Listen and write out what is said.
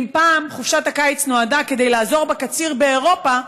אם פעם חופשת הקיץ נועדה לעזור בקציר באירופה,